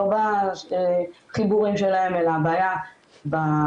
לא בחיבורים שלהם אלא הבעיה במערכת,